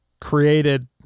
created